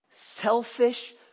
Selfish